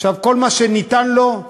כל מה שנשאר לו,